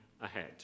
ahead